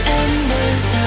embers